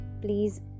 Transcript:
Please